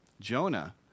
Jonah